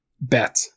bet